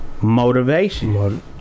motivation